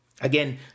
Again